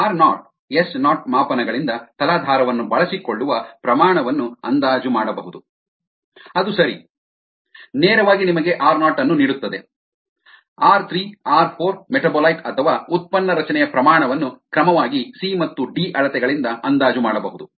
R naught S naught ಮಾಪನಗಳಿಂದ ತಲಾಧಾರವನ್ನು ಬಳಸಿಕೊಳ್ಳುವ ಪ್ರಮಾಣ ಅನ್ನು ಅಂದಾಜು ಮಾಡಬಹುದು ಅದು ಸರಿ ನೇರವಾಗಿ ನಿಮಗೆ ಆರ್ ನಾಟ್ ಅನ್ನು ನೀಡುತ್ತದೆ ಆರ್ 3 ಆರ್ 4 ಮೆಟಾಬೊಲೈಟ್ ಅಥವಾ ಉತ್ಪನ್ನ ರಚನೆಯ ಪ್ರಮಾಣ ಅನ್ನು ಕ್ರಮವಾಗಿ ಸಿ ಮತ್ತು ಡಿ ಅಳತೆಗಳಿಂದ ಅಂದಾಜು ಮಾಡಬಹುದು